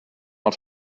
els